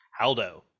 Haldo